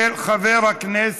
שהחזירה ועדת הכלכלה.